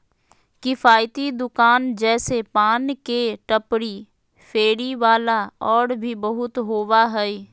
किफ़ायती दुकान जैसे पान के टपरी, फेरी वाला और भी बहुत होबा हइ